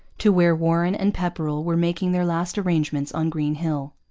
to where warren and pepperrell were making their last arrangements on green hill.